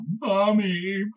Mommy